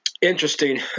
Interesting